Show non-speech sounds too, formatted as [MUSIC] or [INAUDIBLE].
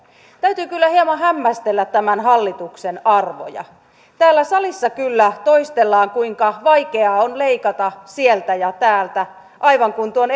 täytyy kyllä hieman hämmästellä tämän hallituksen arvoja täällä salissa kyllä toistellaan kuinka vaikeaa on leikata sieltä ja täältä aivan kuin tuon [UNINTELLIGIBLE]